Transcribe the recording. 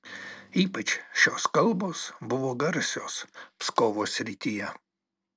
ypač šios kalbos buvo garsios pskovo srityje